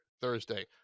Thursday